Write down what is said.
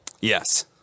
Yes